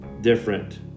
different